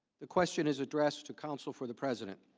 the question is addressed to counsel for the president.